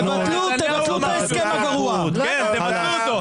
תבטלו, תבטלו את ההסכם הגרוע, תבטלו אותו...